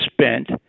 spent